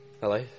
Hello